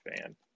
fan